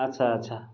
ଆଚ୍ଛା ଆଚ୍ଛା